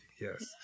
Yes